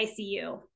ICU